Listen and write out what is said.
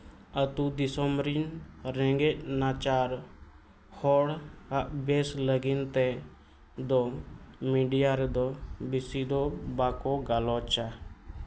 ᱟᱹᱛᱩ ᱫᱤᱥᱚᱢ ᱨᱤᱱ ᱨᱮᱸᱜᱮᱡ ᱱᱟᱪᱟᱨ ᱦᱚᱲᱟᱜ ᱵᱮᱹᱥ ᱞᱟᱹᱜᱤᱫ ᱛᱮ ᱫᱚ ᱢᱤᱰᱤᱭᱟ ᱨᱮᱫᱚ ᱵᱮᱹᱥᱤ ᱫᱚ ᱵᱟᱠᱚ ᱜᱟᱞᱚᱪᱼᱟ